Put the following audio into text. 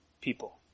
people